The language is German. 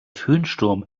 föhnsturm